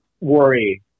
worry